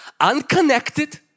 unconnected